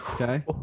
Okay